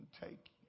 take